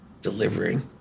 delivering